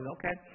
okay